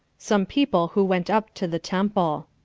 some people who went up to the temple.